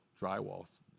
drywall